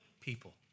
people